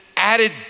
added